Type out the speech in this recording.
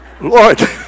Lord